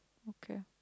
okay